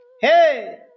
Hey